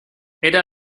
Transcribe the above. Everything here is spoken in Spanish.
era